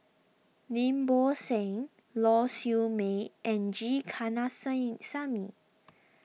Lim Bo Seng Lau Siew Mei and G